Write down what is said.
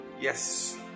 Yes